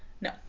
No